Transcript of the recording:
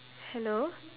hello